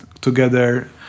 together